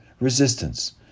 resistance